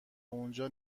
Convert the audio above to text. اونجا